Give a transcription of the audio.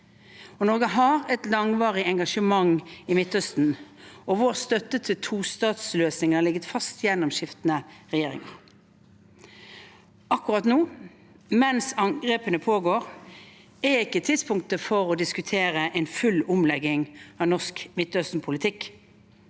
Norge har et langvarig engasjement i Midtøsten, og vår støtte til tostatsløsningen har ligget fast gjennom skiftende regjeringer. Akkurat nå, mens angrepene pågår, er ikke tidspunktet for å diskutere en full omlegging av norsk Midtøsten-politikk,